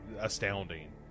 astounding